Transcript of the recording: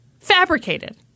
fabricated